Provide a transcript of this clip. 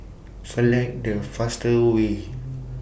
Select The fastest Way